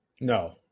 No